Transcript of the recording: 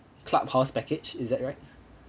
clubhouse package is that right